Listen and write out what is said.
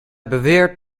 beweert